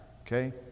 Okay